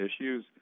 issues